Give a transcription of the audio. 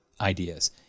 ideas